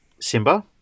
Simba